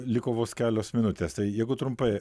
liko vos kelios minutės tai jeigu trumpai